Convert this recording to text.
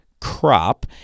crop